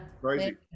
Crazy